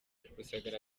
rusagara